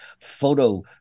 photo